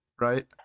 right